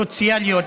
סוציאליות,